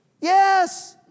Yes